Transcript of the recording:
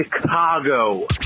Chicago